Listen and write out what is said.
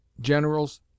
Generals